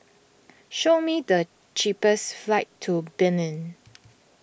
show me the cheapest flights to Benin